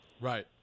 Right